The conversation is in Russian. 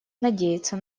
надеется